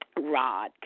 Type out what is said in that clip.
Rod